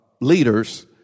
leaders